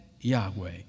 Yahweh